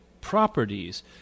properties